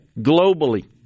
globally